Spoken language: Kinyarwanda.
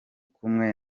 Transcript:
kumwe